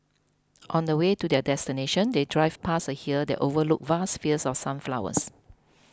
on the way to their destination they drove past a hill that overlooked vast fields of sunflowers